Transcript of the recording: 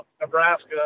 Nebraska